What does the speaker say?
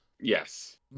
Yes